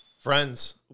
Friends